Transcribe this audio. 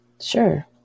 Sure